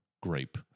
Grape